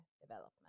development